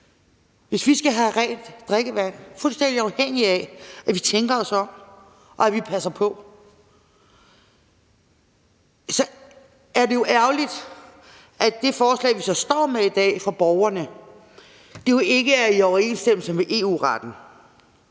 hvis vi skal have rent drikkevand, er vi fuldstændig afhængige af, at vi tænker os om, og at vi passer på. Så er det jo ærgerligt, at det forslag fra borgerne, som vi så står med i dag, ikke er i overensstemmelse med EU-retten,